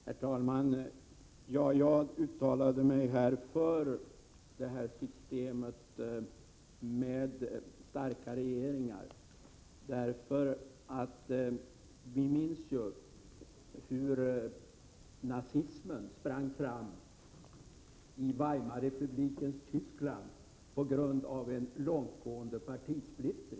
Herr talman! Ja, jag uttalade mig här för ett system med: starkare regeringar. Vi minns ju hur nazismen sprang fram i Weimarrepublikens Tyskland på grund av en långtgående partisplittring.